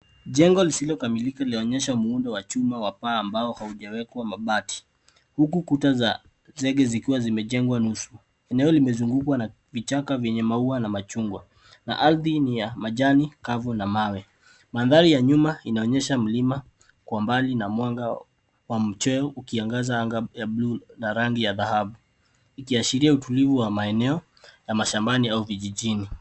Jengo lisilokamilika linaonyesha muundo wa chuma wa paa ambao haujawekwa mabati. Huku kuta za zegi zikiwa zimejengwa nusu. Eneo limezungukwa na vichaka vyenye maua ya machungwa na ardhi ni ya majani kavu na mawe. Mandhari ya nyuma inaonyesha mlima kwa mbali na mwanga wa mchweo ukiangaza anga ya buluu na rangi ya dhahabu. Ikiashiria utulivu wa maeneo ya mashambani au vijijini.